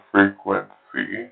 Frequency